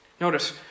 Notice